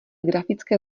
grafické